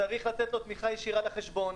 יש לתת לו תמיכה ישירה לחשבון.